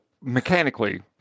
mechanically